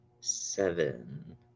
Seven